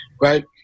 right